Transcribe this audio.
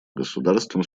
государствам